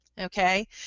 Okay